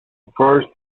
first